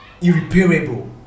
irreparable